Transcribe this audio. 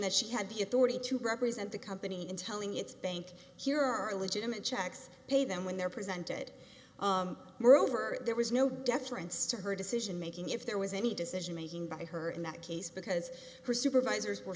that she had the authority to represent the company in telling its bank here are legitimate checks pay them when they're presented moreover there was no deference to her decision making if there was any decision making by her in that case because her supervisors were